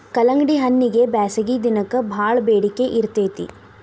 ಕಲ್ಲಂಗಡಿಹಣ್ಣಗೆ ಬ್ಯಾಸಗಿ ದಿನಕ್ಕೆ ಬಾಳ ಬೆಡಿಕೆ ಇರ್ತೈತಿ